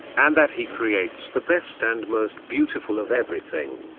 and that he creates the best and most beautiful of everything.